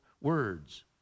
words